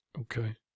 okay